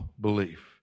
belief